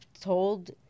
told